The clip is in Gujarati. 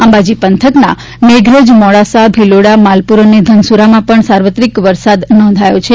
અંબાજી પંથકના મેઘરજ મોડાસા ભિલોડા માલપુર અને ધનસુરામાં પણ સાર્વત્રિક વરસાદ નોંધાવ્યો હતો